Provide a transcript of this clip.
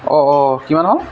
অঁ অঁ কিমান হ'ল